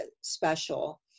special